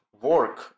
work